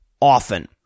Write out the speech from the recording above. often